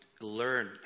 learn